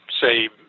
say